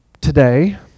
today